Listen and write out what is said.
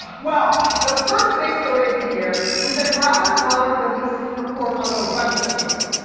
well, the first big story of the year was that robert mueller released his report on the russia scandal.